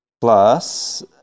Plus